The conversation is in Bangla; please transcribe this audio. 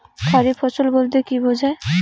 খারিফ ফসল বলতে কী বোঝায়?